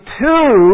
two